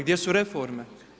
Gdje su reforme?